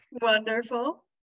wonderful